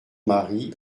mari